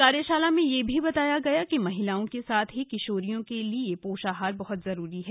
कार्यशाला में यह भी बताया गया कि महिलाओं के साथ ही किशोरियों के लिए पोषाहार बहुत जरूरी है